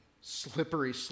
slippery